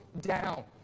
down